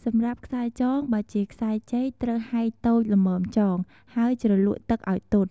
សម្រាប់ខ្សែចង បើជាខ្សែចេក ត្រូវហែកតូចល្មមចង ហើយជ្រលក់ទឹកឱ្យទន់។